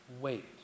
wait